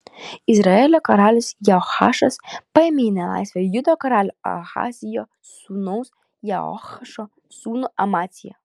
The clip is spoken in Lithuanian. izraelio karalius jehoašas paėmė į nelaisvę judo karalių ahazijo sūnaus jehoašo sūnų amaciją